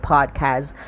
Podcast